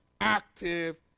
active